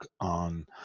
on